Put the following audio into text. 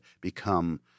become